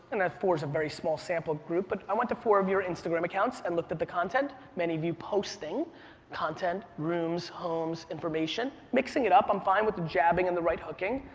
and that four is a very small sample group, but i went to four of your instagram accounts and looked at the content. many of you posting content, rooms, homes, information. mixing it up, i'm fine with jabbing and the right hooking,